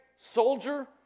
soldier